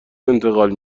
انتقال